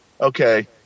okay